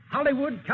Hollywood